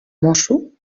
mosso